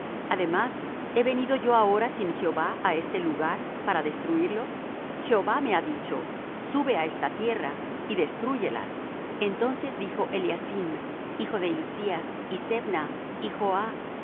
además he venido yo ahora sin jehová á este lugar para destruirlo jehová me ha dicho sube á esta tierra y destrúyela entonces dijo eliacim hijo de hilcías y sebna y